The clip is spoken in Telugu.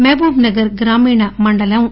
మహబూబ్ నగర్ గ్రామీణ మండలంలోని